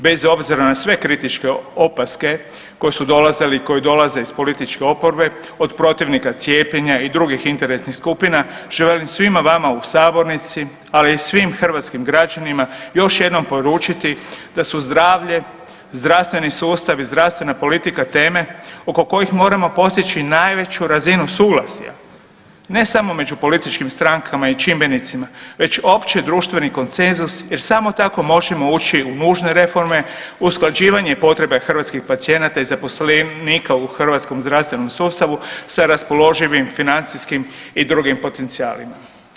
Bez obzira na sve kritičke opaske koje su dolazile i koje dolaze iz političke oporbe, od protivnika cijepljenja i drugih interesnih skupina želim svima vama u sabornici, ali i svim hrvatskim građanima još jednom poručiti da su zdravlje, zdravstveni sustav i zdravstvena politika teme oko kojih moramo postići najveću razinu suglasja, ne samo među političkim strankama i čimbenicima već opće društveni konsenzus jer samo tako možemo ući u nužne reforme, usklađivanje i potrebe hrvatskih pacijenata i zaposlenika u hrvatskom zdravstvenom sustavu sa raspoloživim financijskim i drugim potencijalima.